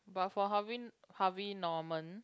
but for Harvey Harvey Norman